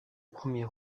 premier